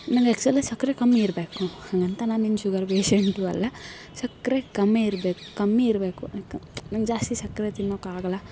ನಂಗೆ ಎಕ್ಚುಲಿ ಸಕ್ಕರೆ ಕಮ್ಮಿ ಇರಬೇಕು ಹಾಗಂತ ನಾನೇನು ಶುಗರ್ ಪೇಷೆಂಟೂ ಅಲ್ಲ ಸಕ್ಕರೆ ಕಮ್ಮಿ ಇರ್ಬೇಕು ಕಮ್ಮಿ ಇರಬೇಕು ಯಾಕೆ ನಂಗೆ ಜಾಸ್ತಿ ಸಕ್ಕರೆ ತಿನ್ನೋಕ್ಕಾಗೋಲ್ಲ